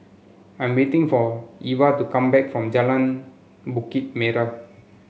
I am waiting for Ivah to come back from Jalan Bukit Merah